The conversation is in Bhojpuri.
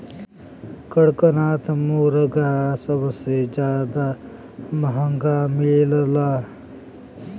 कड़कनाथ मुरगा सबसे जादा महंगा मिलला